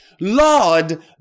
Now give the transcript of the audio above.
Lord